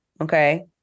okay